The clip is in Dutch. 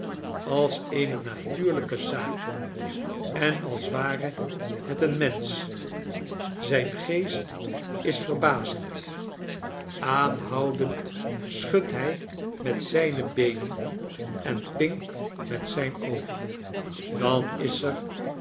als eene natuurlijke zaak en als ware het een mensch zijn geest is verbazend aanhoudend schudt hij met zijne beenen enpinkt met zijn oog dan is er